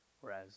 Whereas